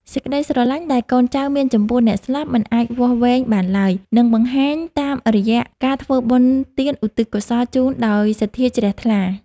សេចក្តីស្រឡាញ់ដែលកូនចៅមានចំពោះអ្នកស្លាប់មិនអាចវាស់វែងបានឡើយ និងបង្ហាញតាមរយៈការធ្វើបុណ្យទានឧទ្ទិសកុសលជូនដោយសទ្ធាជ្រះថ្លា។